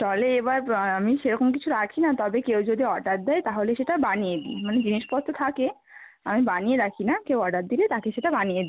স্টলে এবার আমি সেরকম কিছু রাখিনা তবে কেউ যদি অর্ডার দেয় তাহলে সেটা বানিয়ে দিই মানে জিনিসপত্র থাকে আমি বানিয়ে রাখিনা কেউ অর্ডার দিলে তাকে সেটা বানিয়ে দিই